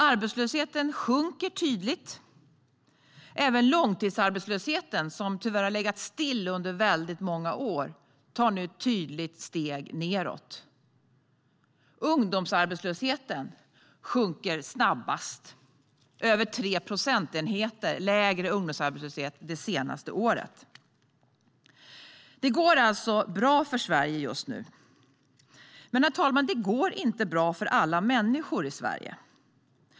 Arbetslösheten sjunker tydligt. Även långtidsarbetslösheten, som tyvärr har legat stilla under väldigt många år, tar nu ett tydligt steg nedåt. Ungdomsarbetslösheten sjunker snabbast. Den är över 3 procentenheter lägre under det senaste året. Det går alltså bra för Sverige just nu. Men, herr talman, det går inte bra för alla människor i Sverige.